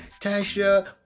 Tasha